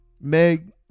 Meg